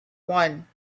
one